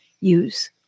use